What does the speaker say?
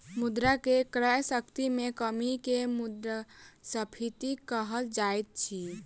मुद्रा के क्रय शक्ति में कमी के मुद्रास्फीति कहल जाइत अछि